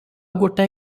ଗୋଟିଏ